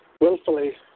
willfully